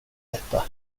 detta